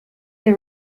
they